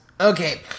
Okay